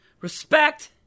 Respect